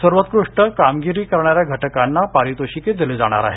सर्वोत्कृष्ट कामगिरी करणाऱ्या घटकांना पारितोषिके दिली जाणार आहेत